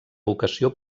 vocació